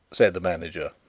said the manager.